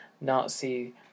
Nazi